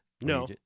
No